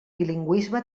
bilingüisme